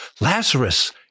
Lazarus